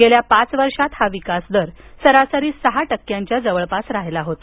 गेल्या पाच वर्षात हा विकासदर सरासरी सहा टक्क्यांच्या जवळपास राहिला होता